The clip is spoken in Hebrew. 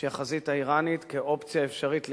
שהיא החזית האירנית כאופציה אפשרית לעימות,